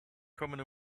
coming